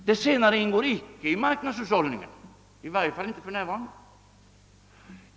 Det senare ingår icke i marknadshushållningen, i varje fall inte för närvarande.